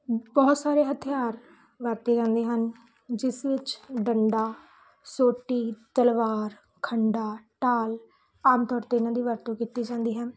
ਬਹੁਤ ਸਾਰੇ ਹਥਿਆਰ ਵਰਤੇ ਜਾਂਦੇ ਹਨ ਜਿਸ ਵਿੱਚ ਡੰਡਾ ਸੋਟੀ ਤਲਵਾਰ ਖੰਡਾ ਢਾਲ ਆਮ ਤੌਰ 'ਤੇ ਇਹਨਾਂ ਦੀ ਵਰਤੋਂ ਕੀਤੀ ਜਾਂਦੀ ਹੈ